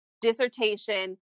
dissertation